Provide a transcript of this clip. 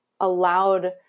allowed